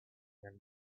near